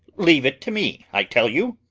leave it to me, i tell you!